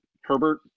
Herbert